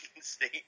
State